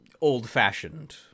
Old-fashioned